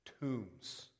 tombs